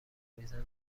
میزنه